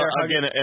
again